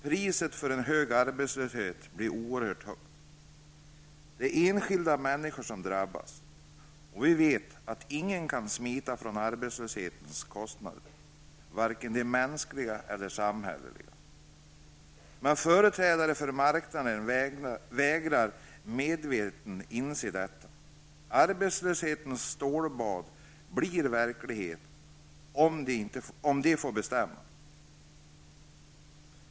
Priset för en hög arbetslöshet blir oerhört högt. Det är enskilda människor som drabbas, och vi vet att ingen kan smita ifrån arbetslöshetens kostnader -- varken de mänskliga eller de samhälleliga. Men företrädare för marknaden vägrar medvetet att inse detta. Arbetslöshetens stålbad blir verklighet om de får bestämma.